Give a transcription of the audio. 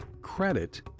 CREDIT